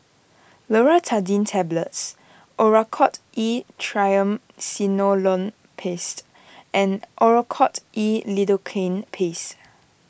Loratadine Tablets Oracort E Triamcinolone Paste and Oracort E Lidocaine Paste